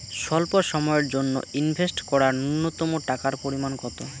স্বল্প সময়ের জন্য ইনভেস্ট করার নূন্যতম টাকার পরিমাণ কত?